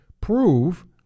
prove